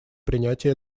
принятие